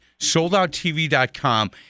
SoldOutTV.com